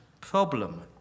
problem